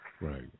Right